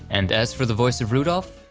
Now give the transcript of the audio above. and as for the voice of rudolph,